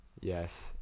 Yes